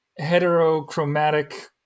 heterochromatic